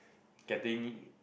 getting